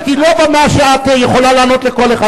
הכנסת היא לא במה שאת יכולה לענות לכל אחד.